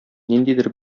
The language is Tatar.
ниндидер